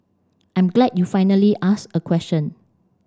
I'm glad you finally asked a question